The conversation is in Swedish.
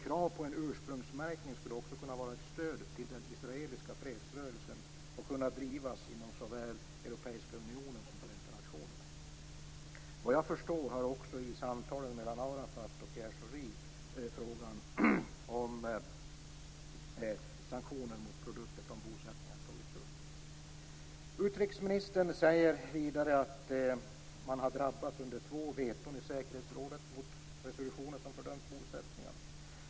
Krav på en ursprungsmärkning skulle också kunna vara ett stöd till den israeliska fredsrörelsen och kunna drivas inom såväl Europeiska unionen som Förenta nationerna. Såvitt jag förstår har också frågan om sanktioner mot produkter från bosättningarna tagits upp i samtalen mellan Arafat och Utrikesministern säger vidare att man i säkerhetsrådet har drabbats av två veton mot resolutionen som fördömt bosättningarna.